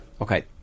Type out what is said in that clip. Okay